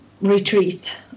retreat